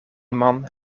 man